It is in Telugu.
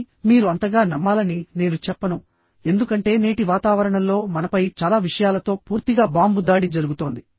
కానీ మీరు అంతగా నమ్మాలని నేను చెప్పను ఎందుకంటే నేటి వాతావరణంలో మనపై చాలా విషయాలతో పూర్తిగా బాంబు దాడి జరుగుతోంది